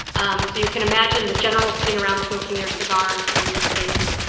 um so, you can imagine the general sitting around smoking their cigars, or in this case,